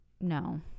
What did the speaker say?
No